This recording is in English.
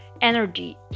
energy